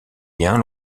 bien